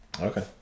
Okay